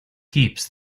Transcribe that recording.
heaps